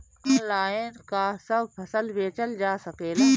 Online का सब फसल बेचल जा सकेला?